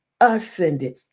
ascended